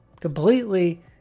completely